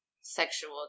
sexual